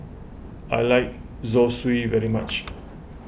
I like Zosui very much